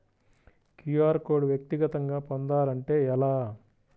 QR code వ్యక్తిగతంగా పొందాలంటే ఎలా?